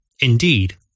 Indeed